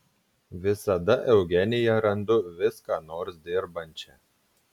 visada eugeniją randu vis ką nors dirbančią